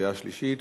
לקריאה שלישית.